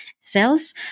cells